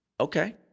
Okay